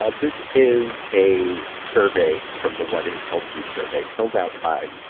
ah this is a survey from the what has helped you survey, filled out by, ah,